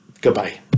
Goodbye